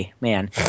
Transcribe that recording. man